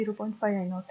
5 i 0 आहे